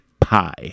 pie